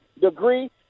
degree